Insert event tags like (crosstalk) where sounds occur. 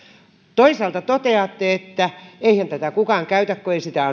toisaalta toteatte että eihän tätä kukaan käytä kun ei sitä (unintelligible)